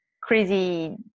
crazy